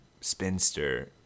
spinster